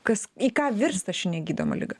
kas į ką virsta ši negydoma liga